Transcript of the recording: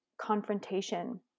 confrontation